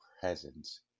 presence